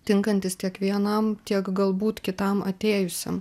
tinkantys tiek vienam tiek galbūt kitam atėjusiam